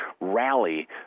rally